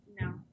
No